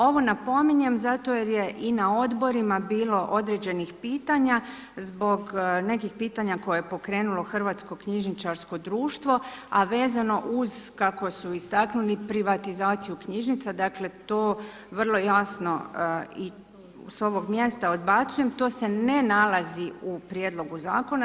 Ovo napominjem zato jer je i na odborima bilo određenih pitanja, zbog nekih pitanja koje je pokrenulo Hrvatsko knjižničarsko društvo a vezano uz kako su istaknuli privatizaciju knjižnica, dakle to vrlo jasno i s ovog mjesta odbacujem, to se ne nalazi u prijedlogu zakona.